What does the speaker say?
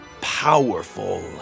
powerful